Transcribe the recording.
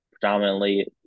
predominantly